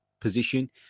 position